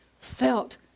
felt